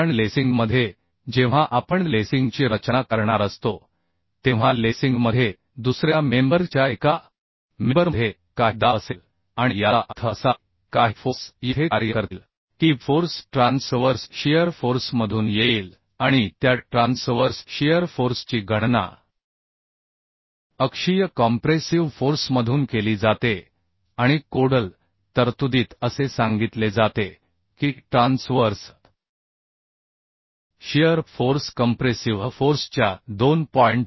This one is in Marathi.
कारण लेसिंगमध्ये जेव्हा आपण लेसिंगची रचना करणार असतो तेव्हा लेसिंगमध्ये दुसऱ्या मेंबर च्या एका मेंबर मध्ये काही दाब असेल आणि याचा अर्थ असा की काही फोर्स येथे कार्य करतील की फोर्स ट्रान्सवर्स शियर फोर्समधून येईल आणि त्या ट्रान्सवर्स शियर फोर्सची गणना अक्षीय कॉम्प्रेसिव फोर्समधून केली जाते आणि कोडल तरतुदीत असे सांगितले जाते की ट्रान्सवर्स शियर फोर्स कंप्रेसिव्ह फोर्सच्या 2